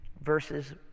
verses